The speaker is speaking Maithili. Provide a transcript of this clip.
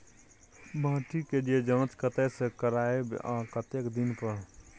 माटी के ज जॉंच कतय से करायब आ कतेक दिन पर?